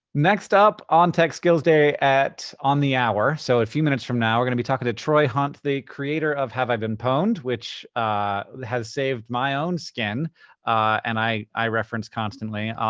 next up on tech skills day on the hour, so a few minutes from now, we're going to be talking to troy hunt, the creator of have i been pwned, which has saved my own skin and i i reference constantly.